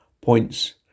points